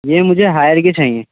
یہ مجھے ہائر کی چاہییں